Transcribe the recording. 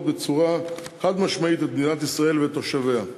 בצורה חד-משמעית את מדינת ישראל ותושביה.